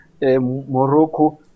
Morocco